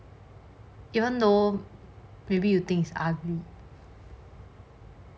even though maybe you think it's ugly